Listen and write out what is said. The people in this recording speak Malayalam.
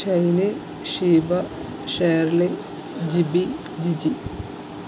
ഷൈനി ഷീബ ഷേർളി ജിബി ജിജി